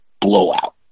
blowout